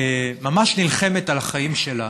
ממש נלחמת על החיים שלה.